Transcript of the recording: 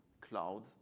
cloud